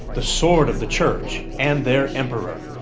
the sword of the church and their emperor.